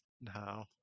No